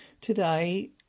Today